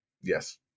Yes